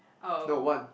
no one